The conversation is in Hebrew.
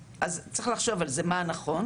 אז צריך לחשוב מה נכון.